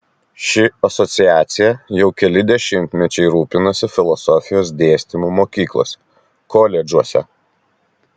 ši asociacija jau keli dešimtmečiai rūpinasi filosofijos dėstymu mokyklose koledžuose